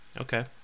okay